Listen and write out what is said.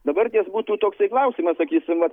dabarties būtų toksai klausimas sakysim vat